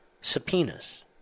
Subpoenas